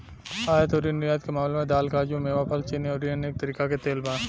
आयात अउरी निर्यात के मामला में दाल, काजू, मेवा, फल, चीनी अउरी अनेक तरीका के तेल बा